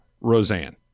Roseanne